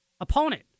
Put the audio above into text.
opponent